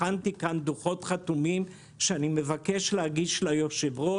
הכנתי כאן דוחות חתומים שאני מבקש להגיש ליושב-ראש.